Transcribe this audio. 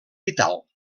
vital